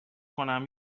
کنم